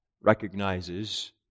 recognizes